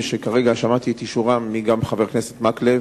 ושכרגע שמעתי את אישורם מחבר הכנסת מקלב,